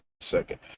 second